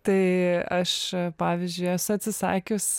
tai aš pavyzdžiui esu atsisakius